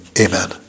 amen